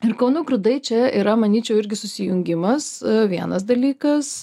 ir kauno grūdai čia yra manyčiau irgi susijungimas vienas dalykas